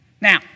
Now